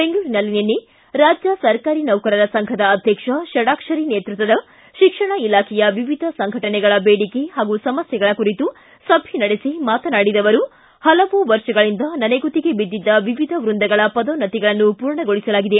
ಬೆಂಗಳೂರಿನಲ್ಲಿ ನಿನ್ನೆ ರಾಜ್ಯ ಸರ್ಕಾರಿ ನೌಕರರ ಸಂಘದ ಅಧ್ಯಕ್ಷ ಷಡಾಕ್ಷರಿ ನೇತೃತ್ವದ ಶಿಕ್ಷಣ ಇಲಾಖೆಯ ವಿವಿಧ ಸಂಘಟನೆಗಳ ಬೇಡಿಕೆ ಹಾಗೂ ಸಮಸ್ಥೆಗಳ ಕುರಿತು ಸಭೆ ನಡೆಸಿ ಮಾತನಾಡಿದ ಅವರು ಹಲವು ವರ್ಷಗಳಿಂದ ನನೆಗುದಿಗೆ ಬಿದ್ದಿದ್ದ ವಿವಿಧ ವೃಂದಗಳ ಪದೋನ್ನತಿಗಳನ್ನು ಪೂರ್ಣಗೊಳಿಸಲಾಗಿದೆ